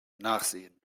nachsehen